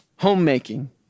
Homemaking